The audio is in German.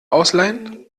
ausleihen